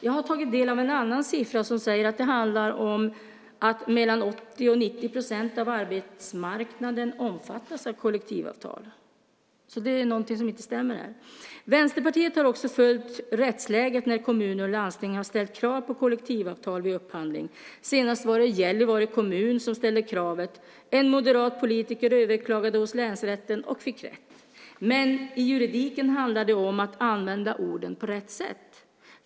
Jag har tagit del av en annan siffra som säger att det handlar om att mellan 80 % och 90 % av arbetsmarknaden omfattas av kollektivavtal. Det är någonting som inte stämmer där. Vänsterpartiet har också följt rättsläget när kommuner och landsting har ställt krav på kollektivavtal vid upphandling. Senast var det Gällivare kommun som ställde kravet. En moderat politiker överklagade hos länsrätten och fick rätt. Men i juridiken handlar det om att använda orden på rätt sätt.